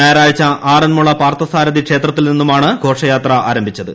ഞായറാഴ്ച ആറന്മുള പാർത്ഥസാരഥി ക്ഷേത്രത്തിൽ നിന്നുമാണ് ഘോഷയാത്ര ആരംഭിച്ചത്